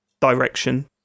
direction